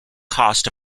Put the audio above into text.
cost